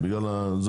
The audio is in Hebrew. וזה